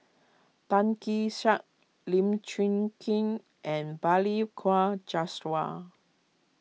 Tan Kee Sek Lim Chwee Chian and Balli Kaur Jaswal